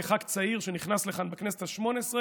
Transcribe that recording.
כח"כ צעיר שנכנס לכאן בכנסת השמונה-עשרה,